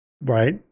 right